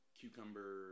cucumber